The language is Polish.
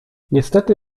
niestety